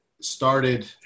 started